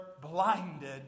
blinded